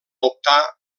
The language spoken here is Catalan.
optar